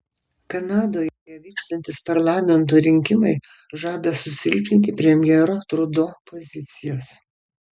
kanadoje vykstantys parlamento rinkimai žada susilpninti premjero trudo pozicijas